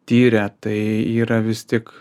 tyria tai yra vis tik